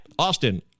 Austin